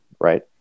right